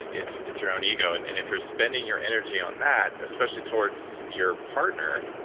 it's it's your own ego, and and if you're spending your energy on that especially towards your partner,